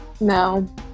No